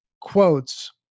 quotes